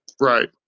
Right